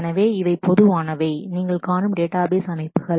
எனவே இவை பொதுவானவை நீங்கள் காணும் டேட்டாபேஸ்அமைப்புகள்